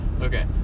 Okay